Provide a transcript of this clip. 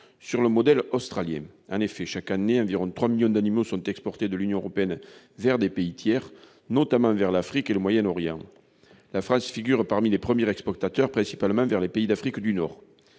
sur le modèle australien. En effet, chaque année, environ 3 millions d'animaux sont exportés de l'Union européenne vers des pays tiers, notamment vers l'Afrique et le Moyen-Orient. La France figure parmi les premiers exportateurs, principalement vers les pays d'Afrique du Nord.